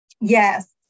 Yes